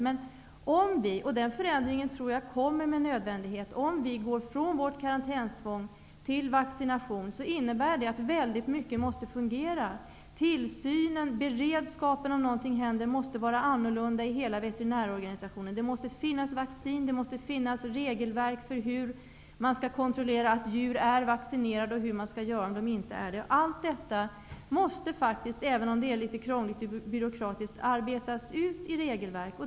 Om vi går ifrån vårt karantänstvång -- och jag tror att den förändringen med nödvändighet kommer -- till att använda vaccination, innebär det att väldigt mycket måste fungera. Tillsynen och beredskapen om någonting händer måste vara annorlunda i hela veterinärorganisationen. Det måste finnas vaccin och regelverk för hur man skall kontrollera att djur är vaccinerade och hur man skall göra om de inte är det. Allt detta måste, även om det är litet krångligt och byråkratiskt, utarbetas i regelverk.